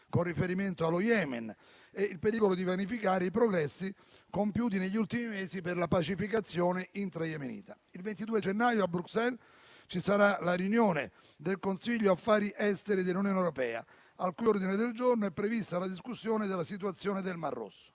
riferimento allo Yemen, e il pericolo di vanificare i progressi compiuti negli ultimi mesi per la pacificazione intra-yemenita. Il 22 gennaio a Bruxelles si terrà la riunione del Consiglio affari esteri dell'Unione europea, al cui ordine del giorno è prevista la discussione sulla situazione nel mar Rosso.